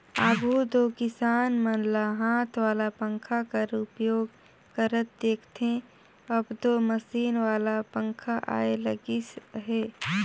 आघु दो किसान मन ल हाथ वाला पंखा कर उपयोग करत देखथे, अब दो मसीन वाला पखा आए लगिस अहे